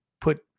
put